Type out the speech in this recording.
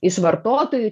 iš vartotojų